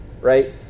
right